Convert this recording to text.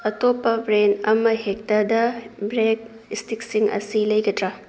ꯑꯇꯣꯞꯄ ꯕ꯭ꯔꯦꯟ ꯑꯃꯍꯦꯛꯇꯗ ꯕ꯭ꯔꯦꯠ ꯏꯁꯇꯤꯛꯁꯤꯡ ꯑꯁꯤ ꯂꯩꯒꯗ꯭ꯔꯥ